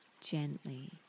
gently